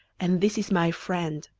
and this is my friend,